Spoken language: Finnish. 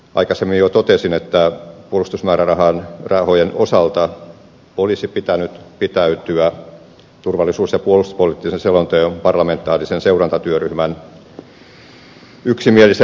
aikaisemmin jo totesin että puolustusmäärärahojen osalta olisi pitänyt pitäytyä turvallisuus ja puolustuspoliittisen selonteon parlamentaarisen seurantatyöryhmän yksimielisen linjauksen takana